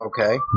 Okay